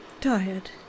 tired